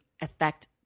affect